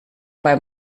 beim